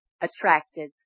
attracted